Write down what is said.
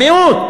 המיעוט,